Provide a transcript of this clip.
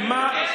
במה,